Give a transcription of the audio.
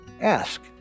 ask